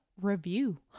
review